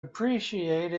appreciate